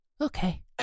Okay